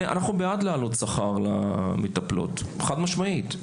אנחנו בעד להעלות שכר למטפלות, חד משמעית.